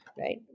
Right